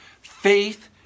Faith